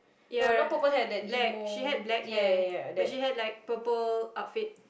ya black she had black hair but she had like purple outfit